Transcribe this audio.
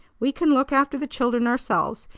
we can look after the children ourselves.